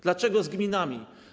Dlaczego z gminami?